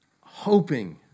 hoping